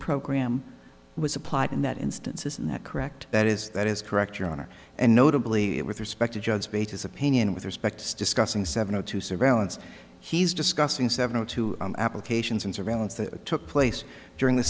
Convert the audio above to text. program was applied in that instance isn't that correct that is that is correct your honor and notably with respect to judge beta's opinion with respect to discussing seven o two surveillance he's discussing seven o two applications and surveillance that took place during the